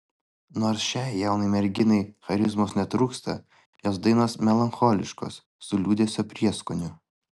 nors šiai jaunai merginai charizmos netrūksta jos dainos melancholiškos su liūdesio prieskoniu